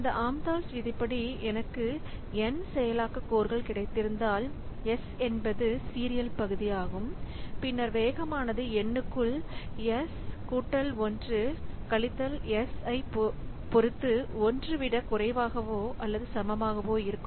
இந்த ஆம்தால்ஸ் விதிப்படிAmdahl's law எனக்கு N செயலாக்க கோர்கள் கிடைத்திருந்தால் S என்பது சீரியல் பகுதியாகும் பின்னர் வேகமானது N க்குள் S1 S ஐ பொருத்து 1விட குறைவாகவோ அல்லது சமமாகவோ இருக்கும்